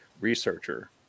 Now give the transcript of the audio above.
researcher